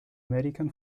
american